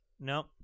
Nope